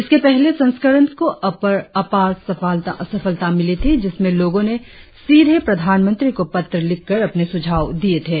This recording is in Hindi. इसके पहले संस्करण को अपार सफलता मिली थी जिसमें लोगों ने सीधे प्रधानमंत्री को पत्र लिखकर अपने सुझाव दिए थे